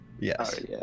Yes